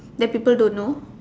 that people don't know